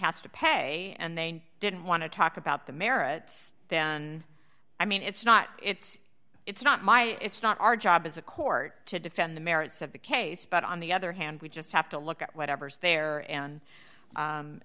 has to pay and they didn't want to talk about the merits then i mean it's not it's not my it's not our job as a court to defend the merits of the case but on the other hand we just have to look at whatever's there and